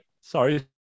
Sorry